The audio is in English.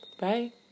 Bye